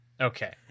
Okay